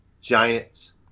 Giants